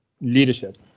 leadership